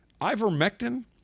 Ivermectin